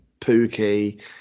Pookie